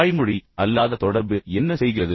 வாய்மொழி அல்லாத தொடர்பு என்ன செய்கிறது